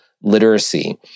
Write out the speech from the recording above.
literacy